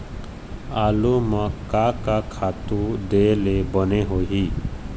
आलू म का का खातू दे ले बने होही?